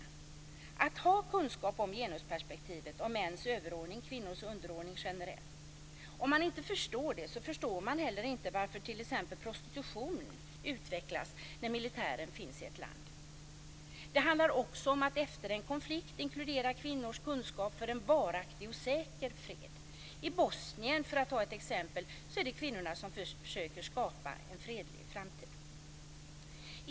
Vidare handlar det om att ha kunskap om genusperspektivet om mäns överordning och kvinnors underordning generellt. Om man inte förstår det, förstår man heller inte varför t.ex. prostitution utvecklas när militären finns i ett land. Det handlar också om att efter en konflikt inkludera kvinnors kunskap för en varaktig och säker fred. I Bosnien, för att ta ett exempel, är det kvinnorna som försöker skapa en fredlig framtid.